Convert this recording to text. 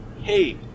hey